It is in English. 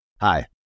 Hi